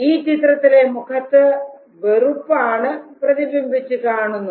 ഈ ചിത്രത്തിലെ മുഖത്ത് വെറുപ്പാണ് പ്രതിബിംബിച്ച് കാണുന്നത്